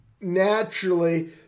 naturally